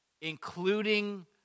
including